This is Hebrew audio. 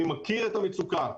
אני מכיר את המצוקה.